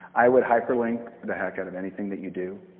i would hyperlink the heck out of anything that you do.